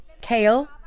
kale